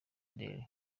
adele